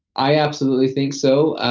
i absolutely think so.